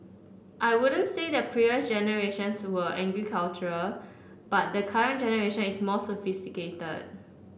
I wouldn't say the previous generations were agricultural but the current generation is more sophisticated